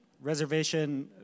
reservation